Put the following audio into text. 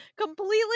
completely